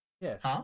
Yes